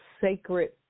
sacred